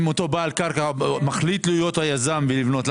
אם אותו בעל קרקע מחליט להיות היזם ולבנות,